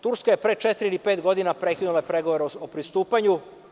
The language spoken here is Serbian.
Turska je pre četiri ili pet godina prekinula pregovore o pristupanju.